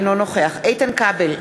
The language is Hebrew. אינו נוכח איתן כבל,